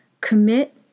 Commit